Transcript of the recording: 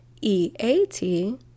E-A-T